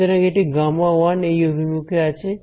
সুতরাং এটি Γ1 এই অভিমুখে আছে